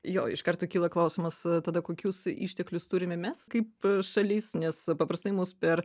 jo iš karto kyla klausimas tada kokius išteklius turime mes kaip šalis nes paprastai mus per